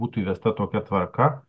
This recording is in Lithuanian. būtų įvesta tokia tvarka